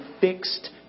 fixed